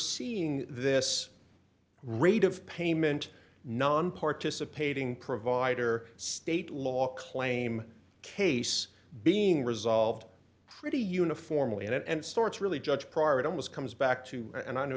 seeing this rate of payment nonparticipating provider state law claim case being resolved pretty uniformly and stuart's really judge prior to it was comes back to and i know